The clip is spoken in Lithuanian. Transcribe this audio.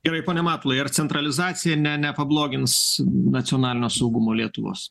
gerai pone matulai ar centralizacija nepablogins nacionalinio saugumo lietuvos